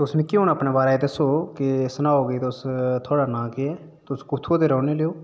तुस मिक्की हुन अपने बारे दस्सो कि सुनओ थुआढ़ा नांऽ केह् ऐ तुस कुत्थूं दे रौह्ने आह्ले ओ